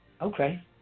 okay